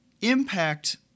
impact